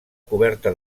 coberta